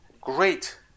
great